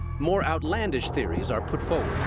more outlandish theories are put forward.